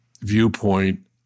viewpoint